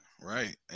Right